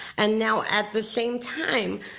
and now at the same time,